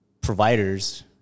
providers